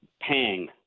Pang